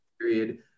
period